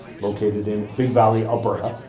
located in big valley, alberta,